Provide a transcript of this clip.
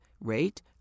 rate